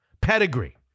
Pedigree